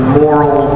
moral